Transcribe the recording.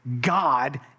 God